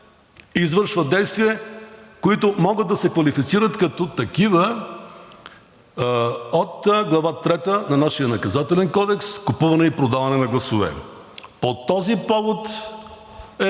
извършва действия, които могат да се квалифицират като такива от Глава трета на нашия Наказателен кодекс – „Купуване и продаване на гласове“.